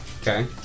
Okay